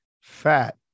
fat